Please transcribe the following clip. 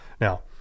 Now